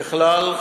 ככלל,